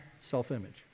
self-image